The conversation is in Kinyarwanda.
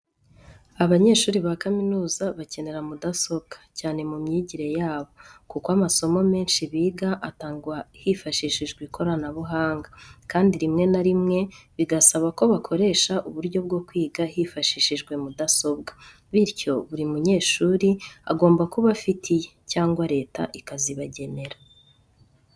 Abanyeshuri ba kaminuza bakenera mudasobwa cyane mu myigire yabo, kuko amasomo menshi biga atangwa hifashishijwe ikoranabuhanga, kandi rimwe na rimwe bigasaba ko bakoresha uburyo bwo kwiga hifashishijwe mudasobwa. Bityo, buri munyeshuri agomba kuba afite iye, cyangwa Leta ikazibagenera.